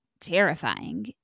terrifying